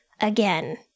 again